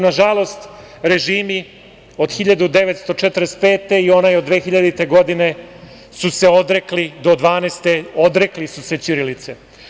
Nažalost, režimi od 1945. i onaj od 2000. godine, do 2012. godine, odrekli su se ćirilice.